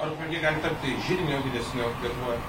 ar ukmergė gali tapti židiniu didesniu lietuvoj